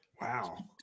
Wow